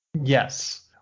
yes